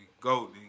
go